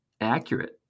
accurate